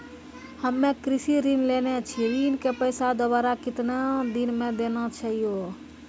हम्मे कृषि ऋण लेने छी ऋण के पैसा दोबारा कितना दिन मे देना छै यो?